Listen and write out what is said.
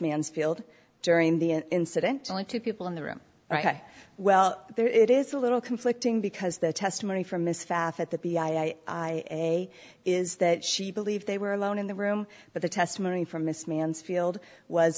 mansfield during the incident only two people in the room well there it is a little conflicting because the testimony from mrs fath at that is that she believed they were alone in the room but the testimony from miss mansfield was